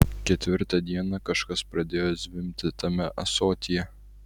ketvirtą dieną kažkas pradėjo zvimbti tame ąsotyje